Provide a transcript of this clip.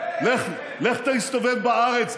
לך תסתובב בארץ,